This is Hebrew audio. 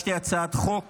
הגשתי הצעת חוק